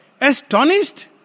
Astonished